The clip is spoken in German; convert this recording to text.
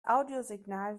audiosignal